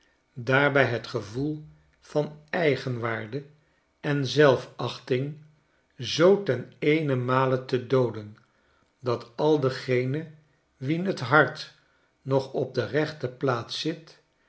daarbij het gevoel van eigenwaarde en zelfachting zoo ten eenenmale te dooden dat al degenen wien t hart nog op de rechte plaats zit